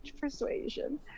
persuasion